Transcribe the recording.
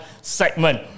segment